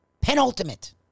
Penultimate